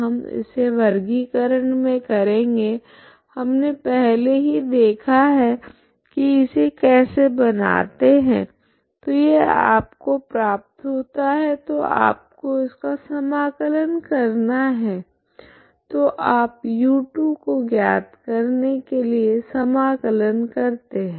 हम इसे वर्गिकरण मे करेगे हमने पहले ही देखा है की इसे कैसे बनाते है तो यह आपको प्राप्त होता है तो आपको इसका समाकलन करना है तो आप u2 को ज्ञात करने के लिए समाकलन करते है